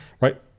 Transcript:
right